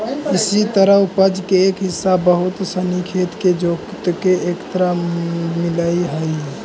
इसी तरह उपज के एक हिस्सा बहुत सनी खेत के जोतके एकरा मिलऽ हइ